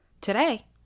Today